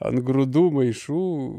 ant grūdų maišų